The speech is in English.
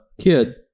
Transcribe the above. kid